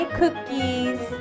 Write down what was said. cookies